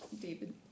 David